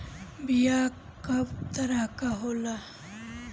बीया कव तरह क होला?